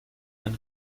ein